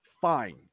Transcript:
fine